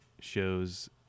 shows